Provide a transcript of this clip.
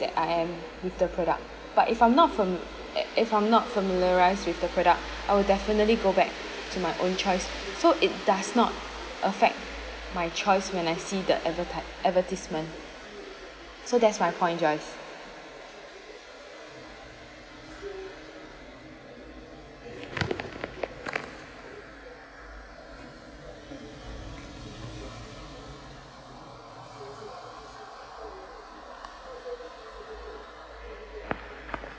that I am with the product but if I'm not fam~ if if I'm not familiarised with the product I will definitely go back to my own choice so it does not affect my choice when I see the adverti~ advertisement so that's my point joyce